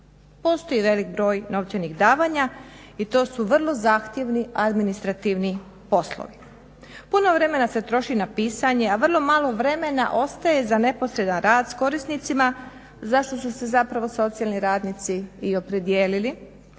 Postoji veliki broj novčanih davanja i to su vrlo zahtjevni administrativni poslovi. Puno vremena se troši na pisanje, a vrlo malo vremena ostaje za neposredan rad s korisnicima zašto su se zapravo socijalni radnici i opredijelili.